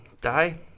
die